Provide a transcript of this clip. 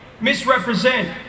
misrepresent